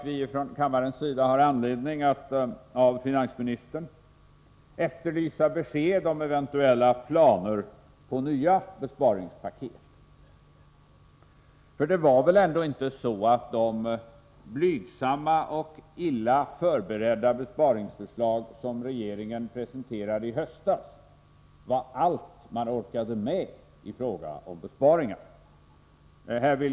Och här har vi anledning att be finansministern om besked om eventuella planer på nya besparingspaket. De blygsamma och illa förberedda besparingsförslag som regeringen presenterade i höstas var väl inte allt man orkade med i fråga om besparingar.